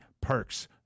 perks